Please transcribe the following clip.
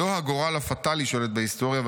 'לא הגורל הפטלי שולט בהיסטוריה,